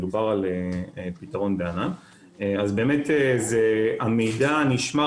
מדובר על פתרון --- אז המידע נשמר